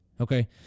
Okay